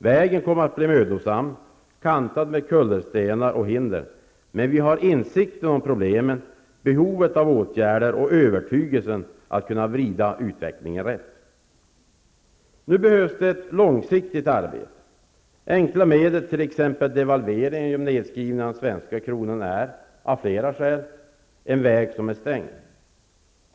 Vägen kommer att bli mödosam, kantad med kullerstenar och hinder, men vi har insikten om problemen, behovet av åtgärder, och övertygelsen att kunna vrida utvecklingen rätt. Nu behövs ett långsiktigt arbete. Enkla medel, t.ex. devalvering genom nedskrivning av den svenska kronan, är av flera skäl en väg som är stängd.